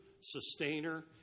sustainer